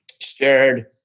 shared